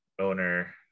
owner